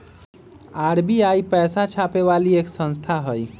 RBI पैसा छापे वाली एक संस्था हई